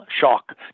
shock